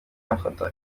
yafata